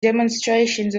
demonstrations